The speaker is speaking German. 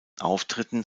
auftritten